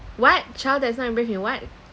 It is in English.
what child that's not embraced in what